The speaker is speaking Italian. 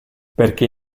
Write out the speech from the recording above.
perché